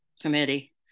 committee